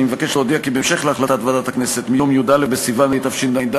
אני מבקש להודיע כי בהמשך להחלטת ועדת הכנסת מיום י"א בסיוון התשע"ד,